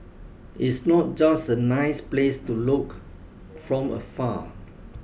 it's not just a nice place to look from afar